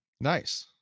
Nice